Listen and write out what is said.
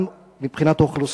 גם מבחינת אוכלוסייה,